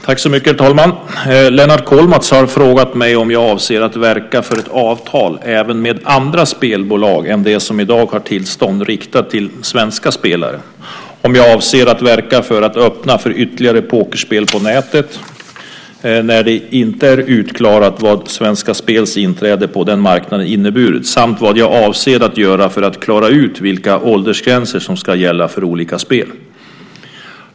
Herr talman! Lennart Kollmats har frågat mig om jag avser att verka för ett avtal även med andra spelbolag än de som i dag har tillstånd riktat till svenska spelare, om jag avser att verka för att öppna för ytterligare pokerspel på nätet när det inte är utklarat vad Svenska Spels inträde på den marknaden inneburit samt vad jag avser att göra för att klara ut vilka åldersgränser som ska gälla för olika spel.